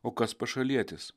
o kas pašalietis